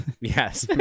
Yes